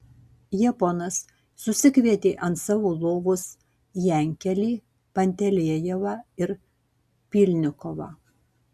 japonas susikvietė ant savo lovos jankelį pantelejevą ir pylnikovą